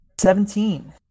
Seventeen